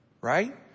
Right